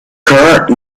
current